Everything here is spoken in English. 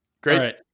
Great